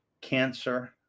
Cancer